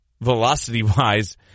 velocity-wise